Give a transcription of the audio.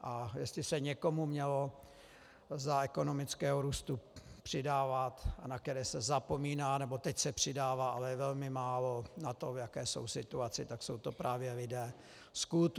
A jestli se někomu mělo za ekonomického růstu přidávat a na koho se zapomíná, teď se přidává, ale velmi málo na to, v jaké jsou situaci, tak jsou to právě lidé z kultury.